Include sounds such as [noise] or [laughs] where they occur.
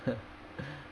[laughs]